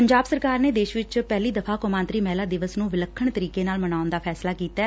ਪੰਜਾਬ ਸਰਕਾਰ ਨੇ ਦੇਸ਼ ਵਿਚ ਪਹਿਲੀ ਦਫ਼ਾ ਕੌਮਾਂਤਰੀ ਮਹਿਲਾ ਦਿਵਸ ਨੂੰ ਵਿੱਲਖਣ ਤਰੀਕੇ ਨਾਲ ਮਨਾਉਣ ਦਾ ਫੈਸਲਾ ਕੀਤੈ